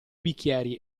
bicchieri